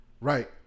Right